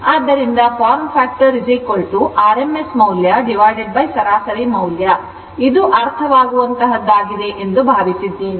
ಆದ್ದರಿಂದ form factor rms ಮೌಲ್ಯಸರಾಸರಿ ಮೌಲ್ಯ ಇದು ಅರ್ಥವಾಗುವಂತಹದ್ದಾಗಿದೆ ಎಂದು ಭಾವಿಸಿದ್ದೇನೆ